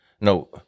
no